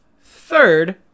third